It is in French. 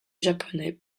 japonais